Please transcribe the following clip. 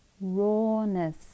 rawness